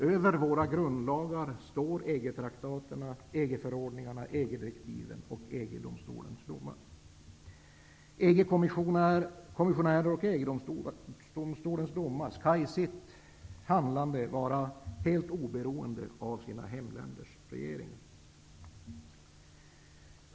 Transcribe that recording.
Över våra grundlagar står EG-traktaterna, EG EG:s kommissionärer och EG-domstolens domare skall i sitt handlande vara helt oberoende av sina hemländers regeringar.